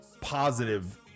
positive